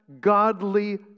godly